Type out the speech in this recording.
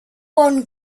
one